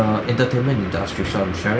err entertainment industry shows right